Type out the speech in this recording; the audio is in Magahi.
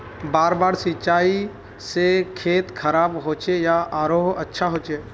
बार बार सिंचाई से खेत खराब होचे या आरोहो अच्छा होचए?